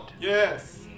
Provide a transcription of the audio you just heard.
Yes